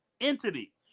entity